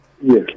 Yes